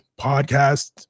podcast